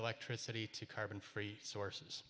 electricity to carbon free sources